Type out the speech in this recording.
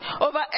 over